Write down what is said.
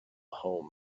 home